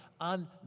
on